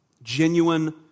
Genuine